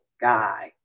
guy